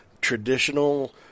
traditional